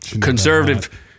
conservative